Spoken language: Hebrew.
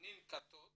הננקטות